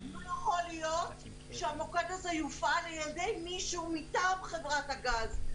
לא יכול להיות שהמוקד הזה יופעל על-ידי מישהו מטעם חברת הגז.